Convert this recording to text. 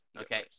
Okay